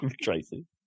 Tracy